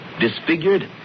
disfigured